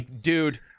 dude